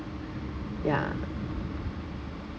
ya